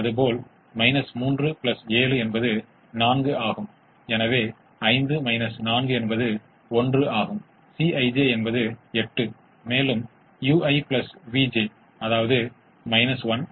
இப்போது இந்த தீர்வுகளைத் தேடும்போது நமக்கு சமமான தீர்வுகள் கிடைக்கவில்லை என்று வைத்துக் கொள்வோம்